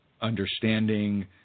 understanding